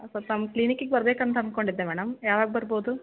ಸ್ವಲ್ಪ ನಿಮ್ಮ ಕ್ಲಿನಿಕ್ಕಿಗೆ ಬರ್ಬೇಕು ಅಂತ ಅಂದ್ಕೊಂಡಿದ್ದೆ ಮೇಡಮ್ ಯಾವಾಗ ಬರ್ಬೋದು